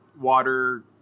water